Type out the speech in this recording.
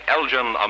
Elgin